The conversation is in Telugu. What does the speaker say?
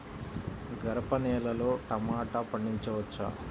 గరపనేలలో టమాటా పండించవచ్చా?